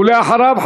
ואחריו,